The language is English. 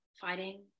fighting